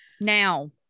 Now